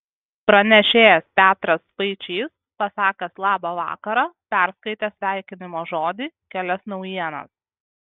pranešėjas petras spaičys pasakęs labą vakarą perskaitė sveikinimo žodį kelias naujienas